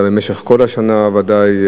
אתה במשך כל השנה ודאי,